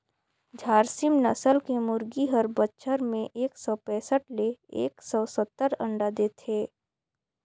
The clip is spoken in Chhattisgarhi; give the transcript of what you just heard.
झारसीम नसल के मुरगी हर बच्छर में एक सौ पैसठ ले एक सौ सत्तर अंडा देथे